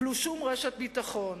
בלי שום רשת ביטחון.